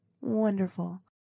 Wonderful